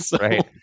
Right